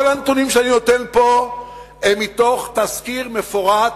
כל הנתונים שאני נותן פה הם מתוך תזכיר מפורט